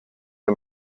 the